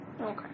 Okay